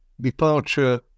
Departure